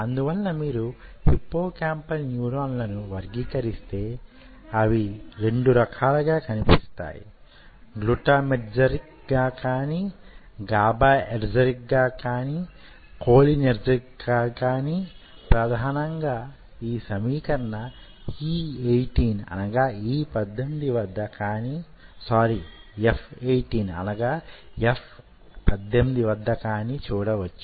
అందువలన మీరు hippocampal neuron లను వర్గీకరిస్తే అవి రెండు రకాలుగా కనిపిస్తాయి గ్లూటా మెటర్జిక్ గా కాని గాబాఎర్జిక్ గా కాని కోలినెర్ర్జిక్ గా కాని ప్రధానంగా యీ సమీకరణ E18 వద్ద కాని సారీ F18 వద్ద కాని చూడవచ్చు